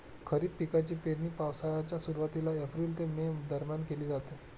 खरीप पिकांची पेरणी पावसाळ्याच्या सुरुवातीला एप्रिल ते मे दरम्यान केली जाते